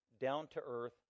down-to-earth